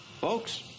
Folks